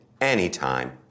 anytime